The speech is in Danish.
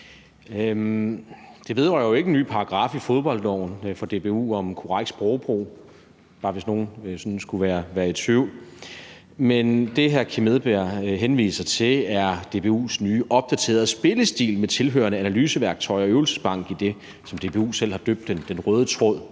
Det vedrører jo ikke en ny paragraf i fodboldloven fra DBU om korrekt sprogbrug – bare hvis nogen sådan skulle være i tvivl. Men det her, som hr. Kim Edberg Andersen henviser til, er DBU's nye, opdaterede spillestil med tilhørende analyseværktøj og øvelsesbank i det, som DBU selv har døbt »Den Røde Tråd